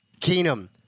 Keenum